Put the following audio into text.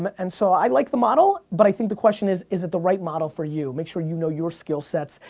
but and so i like the model, but i think the question is, is it the right model for you? make sure you know your skill sets,